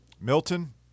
Milton